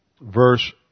verse